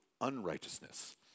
unrighteousness